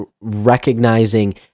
recognizing